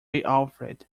alfred